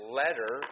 letter